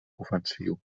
ofensiu